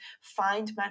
find